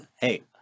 Hey